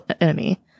enemy